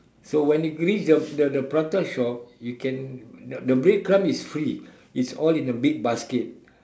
so when you reach the the the prata shop the bread crumb is free it's all in a big basket